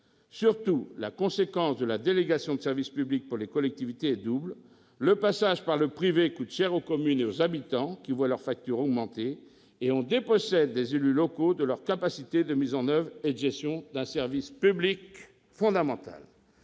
Surtout, la conséquence de la délégation de service public, pour les collectivités, est double : premièrement, le recours au privé coûte cher aux communes et aux habitants, qui voient leurs factures augmenter ; deuxièmement, on dépossède les élus locaux de leur capacité de mise en oeuvre et de gestion d'un service public fondamental.